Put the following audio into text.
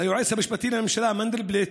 ליועץ המשפטי לממשלה מנדלבליט,